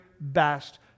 best